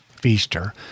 Feaster